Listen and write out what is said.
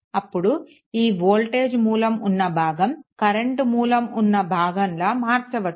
అప్పుడు ఈ వోల్టేజ్ మూలం ఉన్న భాగం కరెంట్ మూలం ఉన్న భాగంలా మార్చవచ్చు